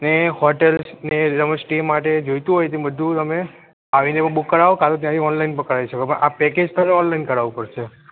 ને હોટેલ્સ ને તમે સ્ટે માટે જોઈતું હોય તે બધું અમે આવીને હું બૂક કરાવો કાતો ત્યાંથી ઓનલાઇન કરાવી શકો પણ આ પેકેજ તમારે ઓનલાઇન કરાવવુ પડશે